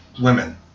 women